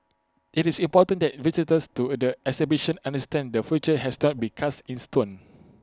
IT is important that visitors to the exhibition understand the future has not been cast in stone